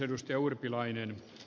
arvoisa puhemies